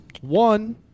One